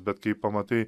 bet kai pamatai